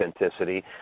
authenticity